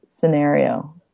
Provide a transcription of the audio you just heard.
scenario